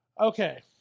Okay